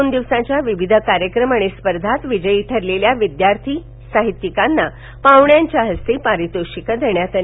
दोन दिवसाच्या विविध कार्यक्रम आणि स्पर्धात विजयी ठरलेल्या विद्यार्थी साहित्यिकांना पाहण्यांच्या हस्ते पारितोषीकं देण्यात आली